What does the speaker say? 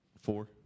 four